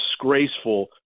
disgraceful